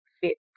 fit